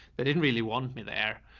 they didn't really want me there.